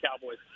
Cowboys